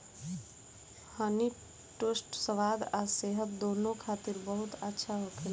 हनी toast स्वाद आ सेहत दूनो खातिर बहुत अच्छा होखेला